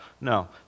No